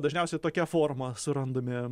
dažniausiai tokia forma surandami